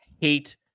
Hate